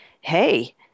hey